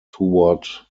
toward